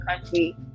country